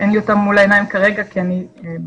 אין לי אותם מול העיניים כרגע כי אני בבית,